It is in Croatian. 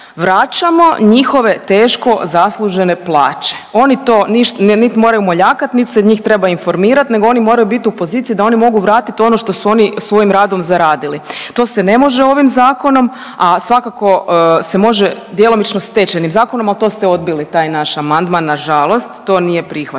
vraćamo njihove teško zaslužene plaće. Oni to nit moraju moljakat nit se njih treba informirat nego oni moraju biti u poziciji da oni mogu vratiti ono što su oni svojim radom zaradili. To se ne može ovim zakonom, a svakako se može djelomično Stečajnim zakonom, ali to ste odbili taj naš amandman nažalost to nije prihvaćeno.